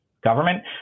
government